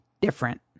different